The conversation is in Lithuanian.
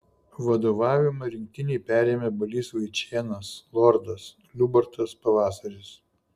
vadovavimą rinktinei perėmė balys vaičėnas lordas liubartas pavasaris